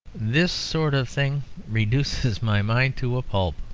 this sort of thing reduces my mind to a pulp.